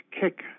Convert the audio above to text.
kick